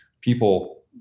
people